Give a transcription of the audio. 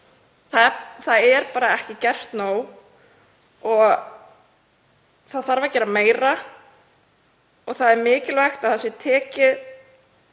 það er bara ekki gert nóg. Það þarf að gera meira. Það er mikilvægt að það sé rætt